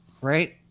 right